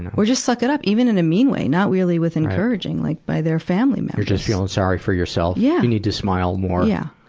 or just suck it up, even in a mean way, not really with encouraging like by their family members. you're just feeling sorry for yourself. yeah you need to smile more. yeah.